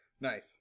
Nice